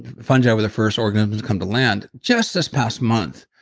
fungi were the first organisms come to land. just this past month,